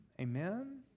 Amen